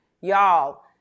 Y'all